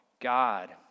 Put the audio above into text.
God